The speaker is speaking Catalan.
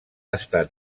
estat